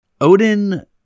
Odin